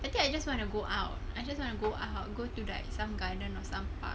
I think I just wanna go out I just wanna go I'll go to like some garden or some park